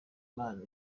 imana